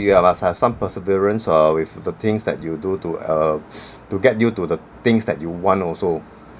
you are must have some perseverance uh with the things that you do to uh to get you to the things that you want also